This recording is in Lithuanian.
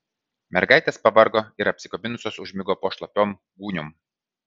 mergaitės pavargo ir apsikabinusios užmigo po šlapiom gūniom